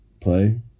play